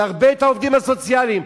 נרבה את העובדים הסוציאליים,